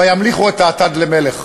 וימליכו את האטד למלך.